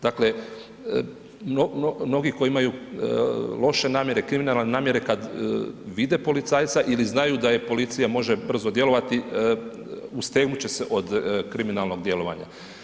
Dakle mnogi koji imaju loše namjere, kriminalne namjere kada vide policajca ili znaju da policija može brzo djelovati ustegnuti će se od kriminalnog djelovanja.